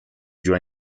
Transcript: huyó